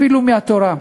אפילו מהתורה,